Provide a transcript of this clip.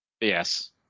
Yes